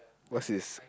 what's this